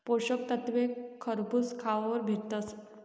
पोषक तत्वे खरबूज खावावर भेटतस